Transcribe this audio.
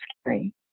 scary